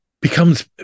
becomes